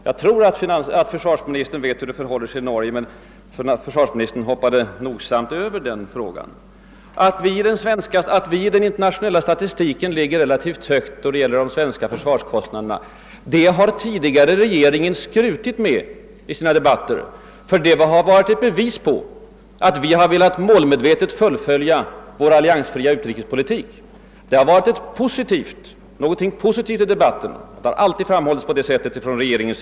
Jag tror att försvarsministern vet hur det förhåller sig i Norge, men försvarsministern hoppade nogsamt över den saken. Att vi i Sverige enligt den internationella statistiken ligger relativt högt då det gäller försvarskostnaderna, har regeringen tidigare skrutit med i debatterna. Det har varit ett bevis på att vi målmedvetet velat fullfölja vår alliansfria utrikespolitik. Regeringen har alltid i debatterna framhållit detta som något positivt.